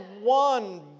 one